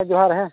ᱡᱚᱦᱟᱨ ᱦᱮᱸ